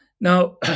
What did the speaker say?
now